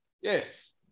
Yes